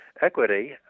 equity